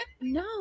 No